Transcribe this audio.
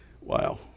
Wow